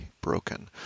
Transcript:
broken